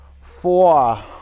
four